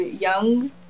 young